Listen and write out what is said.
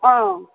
অঁ